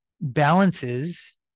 balances